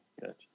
Gotcha